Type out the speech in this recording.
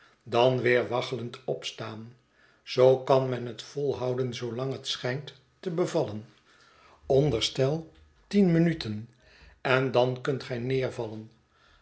dan weer waggelend opstaan zoo kan men het volhouden zoolang het schijnt te bevallen onderstel tien minuten en dan kunt gij neervallen